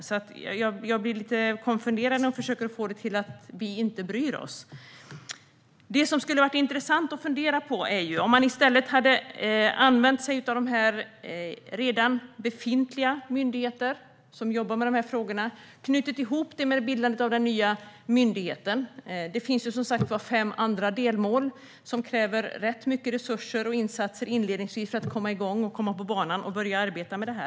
Jag blir alltså lite konfunderad när statsrådet försöker få det till att vi inte bryr oss. Vad som skulle vara intressant att fundera över är hur man i stället hade kunnat använda sig av de redan befintliga myndigheter som jobbar med frågorna och knutit ihop detta med bildandet av den nya myndigheten. Det finns som sagt fem andra delmål, där det inledningsvis krävs ganska mycket resurser och insatser för att man ska komma igång och komma på banan och arbeta med detta.